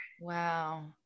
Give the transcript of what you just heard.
Wow